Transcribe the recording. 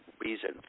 reason